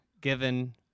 given